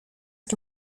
que